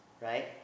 Right